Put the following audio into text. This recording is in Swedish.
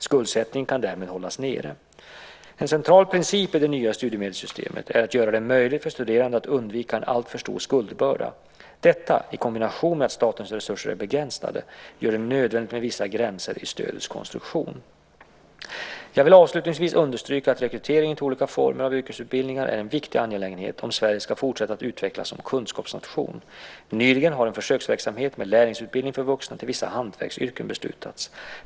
Skuldsättningen kan därmed hållas nere. En central princip i det nya studiemedelssystemet är att göra det möjligt för studerande att undvika en alltför stor skuldbörda. Detta, i kombination med att statens resurser är begränsade, gör det nödvändigt med vissa gränser i stödets konstruktion. Jag vill avslutningsvis understryka att rekryteringen till olika former av yrkesutbildningar är en viktig angelägenhet om Sverige ska fortsätta att utvecklas som kunskapsnation. Nyligen har en försöksverksamhet med lärlingsutbildning för vuxna till vissa hantverksyrken beslutats.